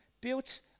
built